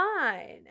fine